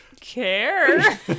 care